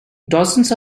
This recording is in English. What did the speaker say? dozens